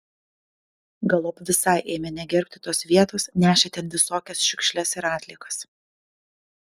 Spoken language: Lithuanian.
galop visai ėmė negerbti tos vietos nešė ten visokias šiukšles ir atliekas